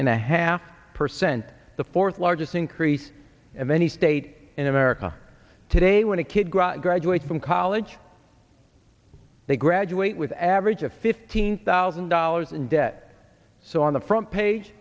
and a half percent the fourth largest increase of any state in america today when a kid got graduates from college they graduate with an average of fifteen thousand dollars in debt so on the front page